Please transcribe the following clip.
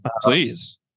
please